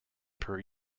per